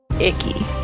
Icky